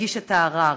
הגיש את הערר.